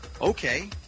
Okay